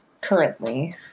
currently